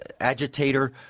agitator